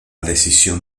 decisión